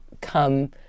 come